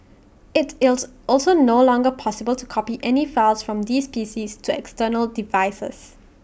IT is also no longer possible to copy any files from these PCs to external devices